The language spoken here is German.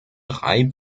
drei